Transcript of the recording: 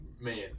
man